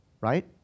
Right